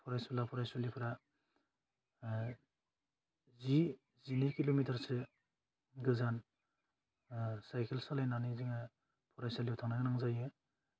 फरायसुला फरायसुलिफोरा ओह जि जिनै किल'मिटारसो गोजान ओह साइकेल सालायनानै जोङो फरायसालियाव थांनो गोनां जायो